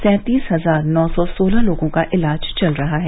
सैंतीस हजार नौ सौ सोलह लोगों का इलाज चल रहा है